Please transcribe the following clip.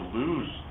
lose